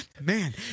Man